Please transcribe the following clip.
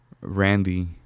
Randy